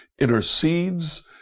intercedes